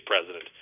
president